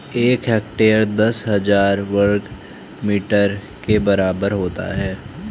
एक हेक्टेयर दस हजार वर्ग मीटर के बराबर होता है